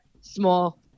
small